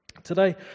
today